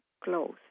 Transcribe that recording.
close